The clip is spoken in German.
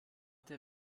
der